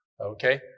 okay